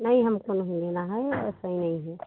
नहीं हमको नहीं लेना है वो सही नहीं है